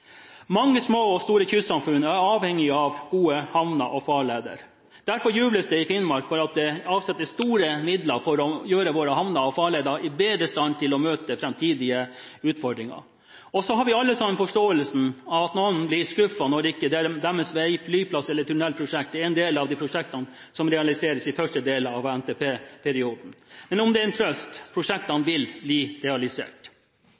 Mange små og store kystsamfunn er avhengig av gode havner og farleder. Derfor jubles det i Finnmark for at det avsettes store midler for å gjøre våre havner og farleder bedre i stand til å møte framtidige utfordringer. Så har vi alle sammen forståelse for at noen blir skuffet når ikke deres vei-, flyplass- eller tunnelprosjekt er en del av de prosjektene som realiseres i første delen av NTP-perioden. Men om det er en trøst: